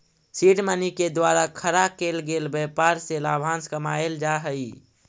seed money के द्वारा खड़ा केल गेल व्यापार से लाभांश कमाएल जा हई